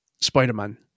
Spider-Man